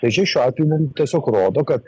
kad šia šiuo atveju mum tiesiog rodo kad